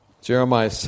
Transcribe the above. Jeremiah